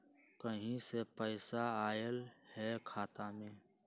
कहीं से पैसा आएल हैं खाता में?